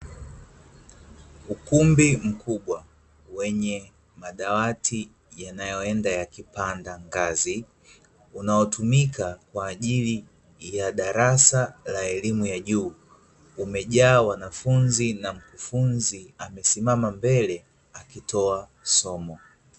Ukumbi mkubwa wenye madawati yanayoenda yakipanda ngazi, unaotumika kwa ajili ya darasa la elimu ya juu, umejaa wanafunzi na mkufunzi amesimama mbele akitoa somo.